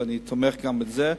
ואני תומך גם בזה.